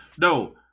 No